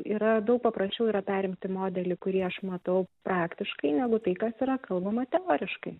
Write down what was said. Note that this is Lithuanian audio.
yra daug paprasčiau yra perimti modelį kurį aš matau praktiškai negu tai kas yra kalbama teoriškai